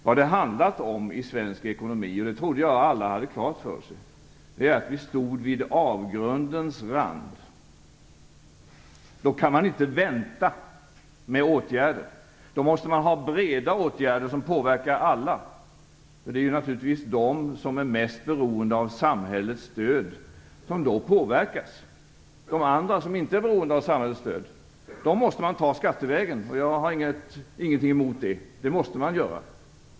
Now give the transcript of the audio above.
Vad det handlade om i svensk ekonomi - det trodde jag att alla hade klart för sig - var att vi stod vid avgrundens rand. Då kan man inte vänta med åtgärder. Då måste man ha breda åtgärder som påverkar alla, för det är naturligtvis de som är mest beroende av samhällets stöd som då påverkas. De andra, som inte är beroende av samhällets stöd, måste man ta skattevägen. Jag har ingenting emot det. Det måste man göra.